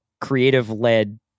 creative-led